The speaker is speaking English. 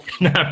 No